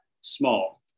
small